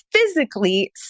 physically